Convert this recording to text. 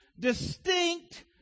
Distinct